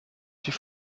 sich